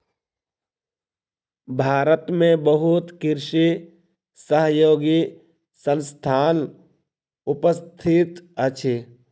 भारत में बहुत कृषि सहयोगी संस्थान उपस्थित अछि